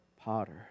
potter